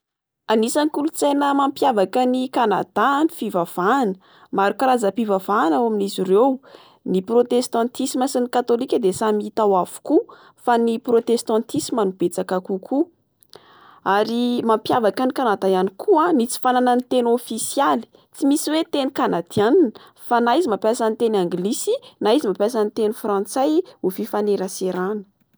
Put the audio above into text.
Anisan'ny kolontsaina mampiavaka an'i Canada ny fivavahana, maro karazam-pivavahana ao amin'izy ireo. Ny protestantisme sy catholique de samy hita ao avokoa. Fa ny protestantisme no betsaka kokoa. Ary mampiavaka an'i Canada ihany koa ny tsy fananany teny ofisialy: tsy misy hoe teny canadianina fa na izy mampiasa ny teny anglisy, na izy mampiasa ny teny frantsay ho fifaneraserana.